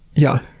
yeah.